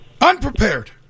Unprepared